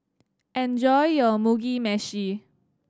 enjoy your Mugi Meshi